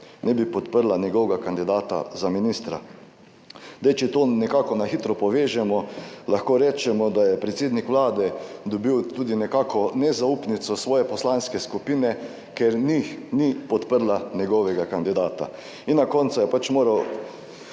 ne bi podprla njegovega kandidata za ministra. Zdaj, če to nekako na hitro povežemo, lahko rečemo, da je predsednik Vlade dobil tudi nekako nezaupnico svoje poslanske skupine, ker ni podprla njegovega kandidata in na koncu je moral